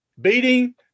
Beating